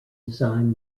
design